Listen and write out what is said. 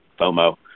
FOMO